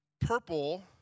purple